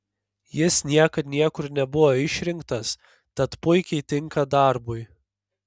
jis niekad niekur nebuvo išrinktas tad puikiai tinka darbui